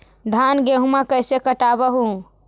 धाना, गेहुमा कैसे कटबा हू?